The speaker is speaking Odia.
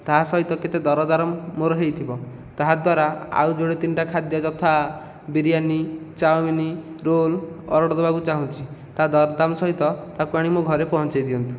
ତା ସହିତ କେତେ ଦରଦାମ ମୋର ହୋଇଥିବା ତାହା ଦ୍ୱାରା ଆଉ ଯୋଡ଼େ ତିନିଟା ଖାଦ୍ୟ ତଥା ବିରିୟାନୀ ଚାଉମିନ ରୋଲ ଅର୍ଡର ଦେବାକୁ ଚାହୁଁଛି ତାର ଦରଦାମ ସହିତ ତାକୁ ଆଣି ମୋ ଘରେ ପହଞ୍ଚାଇ ଦିଅନ୍ତୁ